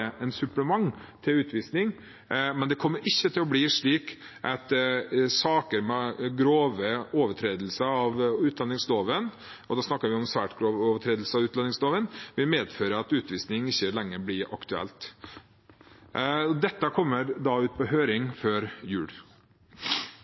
supplement til utvisning, men det kommer ikke til å bli slik at saker med grove overtredelser av utlendingsloven – og da snakker vi om svært grove overtredelser av utlendingsloven – vil medføre at utvisning ikke lenger blir aktuelt. Dette kommer ut på høring